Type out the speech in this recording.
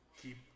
Keep